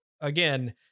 Again